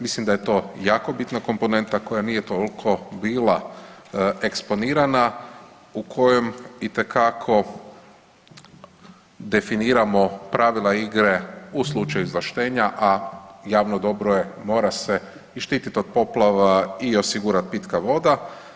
Mislim da je to jako bitna komponenta koja nije toliko bila eksponirana u kojem itekako definiramo pravila igre u slučaju izvlaštenja, a javno dobro je mora se i štitit od poplava i osigurati pitka voda.